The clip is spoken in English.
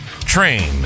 Train